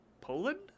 Poland